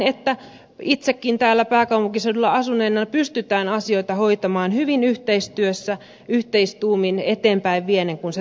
näen itsekin täällä pääkaupunkiseudulla asuneena että asioita pystytään hoitamaan hyvin yhteistyössä yhteistuumin eteenpäin vieden kun se tahtotila on